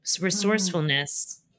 resourcefulness